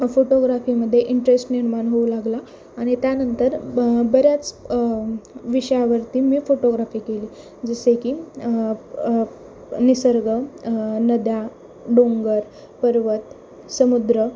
फोटोग्राफीमध्ये इंटरेस्ट निर्माण होऊ लागला आणि त्यानंतर ब बऱ्याच विषयावरती मी फोटोग्राफी केली जसे की निसर्ग नद्या डोंगर पर्वत समुद्र